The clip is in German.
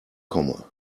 komme